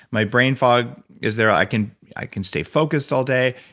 my brain fog is there. i can i can stay focused all day.